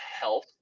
health